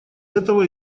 этого